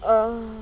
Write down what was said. ah